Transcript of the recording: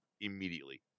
immediately